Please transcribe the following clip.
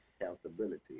Accountability